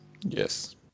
Yes